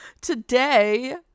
Today